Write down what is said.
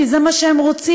כי זה מה שהם רוצים.